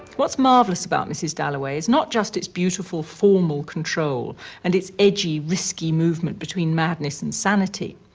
what's marvelous about mrs. dalloway is not just its beautiful formal control and its edgy, risky movement between madness and sanity.